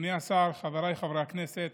אדוני השר, חבריי חברי הכנסת,